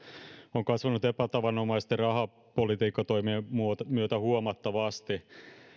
on kasvanut epätavanomaisten rahapolitiikkatoimien myötä huomattavasti